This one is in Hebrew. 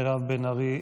חברת הכנסת מירב בן ארי,